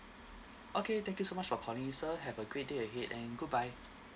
okay thank you so much for calling sir have a great day ahead and goodbye